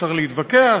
אפשר להתווכח,